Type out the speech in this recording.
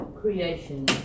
creation